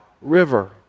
River